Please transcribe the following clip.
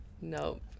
nope